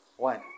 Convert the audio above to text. One